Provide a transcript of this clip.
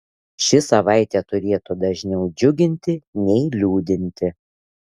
ši savaitė turėtų dažniau džiuginti nei liūdinti